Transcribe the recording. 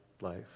life